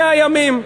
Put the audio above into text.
100 ימים,